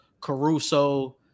caruso